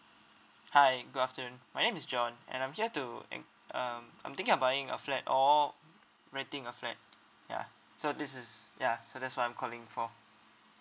hi good afternoon my name is john and I'm here to en~ um I'm thinking of buying a flat or renting a flat ya so this is ya so that's what I'm calling for